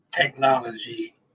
technology